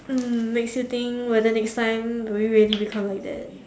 mm makes you think whether next time will we really become like that